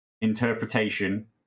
interpretation